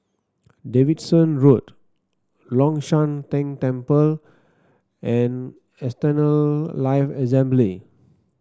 Davidson Road Long Shan Tang Temple and Eternal Life Assembly